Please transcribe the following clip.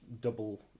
double